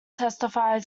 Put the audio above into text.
testify